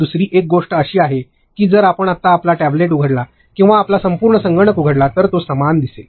दुसरी गोष्ट अशी आहे की जर आपण आत्ता आपला टॅब्लेट उघडला किंवा आपला संपूर्ण संगणक उघडला तर तो समान दिसेल